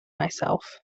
myself